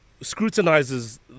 scrutinizes